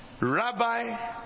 Rabbi